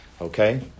Okay